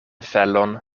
felon